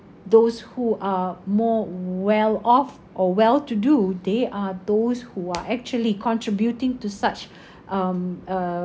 those who are more well-off or well-to-do they are those who are actually contributing to such um uh